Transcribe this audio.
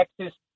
Texas